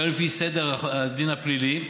גם לפי סדר הדין הפלילי,